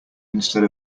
instead